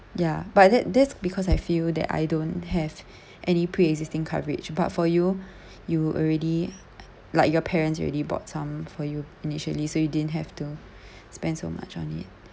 ya but that that's because I feel that I don't have any preexisting coverage but for you you already like your parents already bought some for you initially so you didn't have to spend so much on it